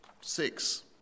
Six